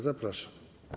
Zapraszam.